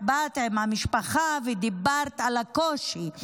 את באת עם המשפחה ודיברת על הקושי של